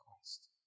Christ